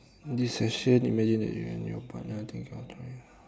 this session imagine that you and your partner